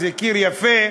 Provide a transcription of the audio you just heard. איזה קיר יפה,